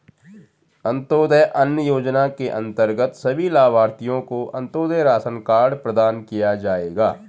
अंत्योदय अन्न योजना के अंतर्गत सभी लाभार्थियों को अंत्योदय राशन कार्ड प्रदान किया जाएगा